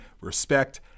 respect